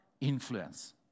Influence